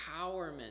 empowerment